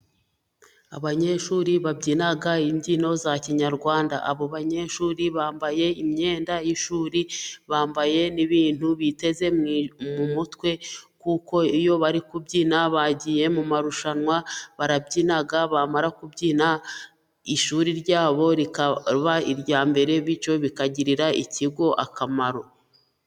Abanyeshuri babyina imbyino za kinyarwanda, abo banyeshuri bambaye imyenda y'ishuri bambaye n'ibintu biteze mu mutwe, kuko iyo bari kubyina bagiye mu marushanwa barabyina bamara kubyina ishuri ryabo rikaba irya mbere bityo bikagirira ikigo akamaro.